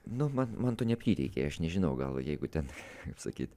nu man man to neprireikė aš nežinau gal jeigu ten kaip sakyt